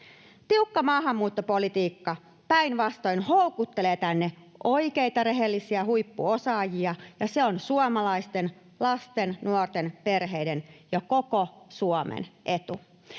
Tiukka maahanmuuttopolitiikka päinvastoin houkuttelee tänne oikeita, rehellisiä huippuosaajia, ja se on suomalaisten lasten, nuorten, perheiden ja koko Suomen etu.